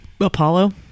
Apollo